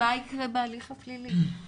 מה יקרה בהליך הפלילי.